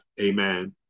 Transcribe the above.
amen